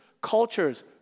cultures